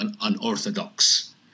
unorthodox